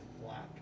black